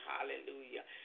Hallelujah